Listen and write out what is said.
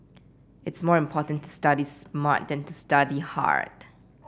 it's more important to study smart than to study hard